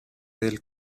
del